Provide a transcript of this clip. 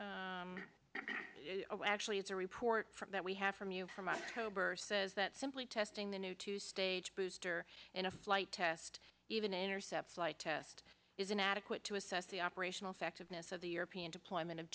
y actually the report from that we have from you from a number says that simply testing the new two stage booster in a flight test even intercept flight test is inadequate to assess the operational effectiveness of the european deployment of